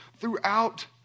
throughout